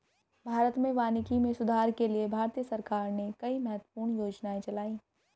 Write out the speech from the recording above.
भारत में वानिकी में सुधार के लिए भारतीय सरकार ने कई महत्वपूर्ण योजनाएं चलाई